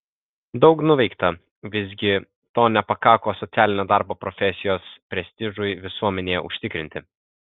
daug nuveikta visgi to nepakako socialinio darbo profesijos prestižui visuomenėje užtikrinti